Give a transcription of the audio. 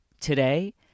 Today